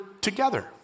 together